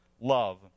love